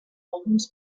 alguns